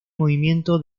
movimiento